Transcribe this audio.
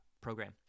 program